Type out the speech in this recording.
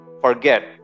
forget